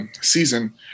Season